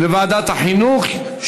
לוועדת החינוך.